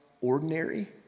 ordinary